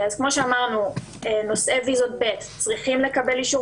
כמו שאמרנו נושאי ויזות ב' צריכים לקבל אישור